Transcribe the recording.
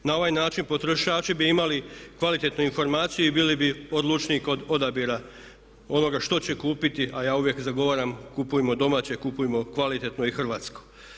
Na ovaj način potrošači bi imali kvalitetnu informaciju i bili bi odlučniji kod odabira onoga što će kupiti, a ja uvijek zagovaram kupujmo domaće, kupujmo kvalitetno i hrvatsko.